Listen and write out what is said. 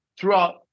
throughout